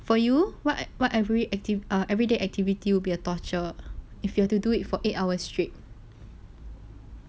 for you what what every active or everyday activity would be torture if you have to do it for eight hours straight